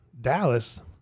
Dallas